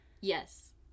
yes